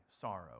sorrow